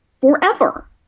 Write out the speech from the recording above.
Forever